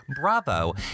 Bravo